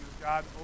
God